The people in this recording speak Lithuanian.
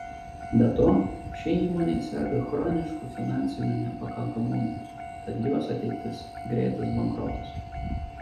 be to ši įmonė serga chronišku finansiniu nepakankamumu tad jos ateitis greitas bankrotas